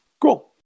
cool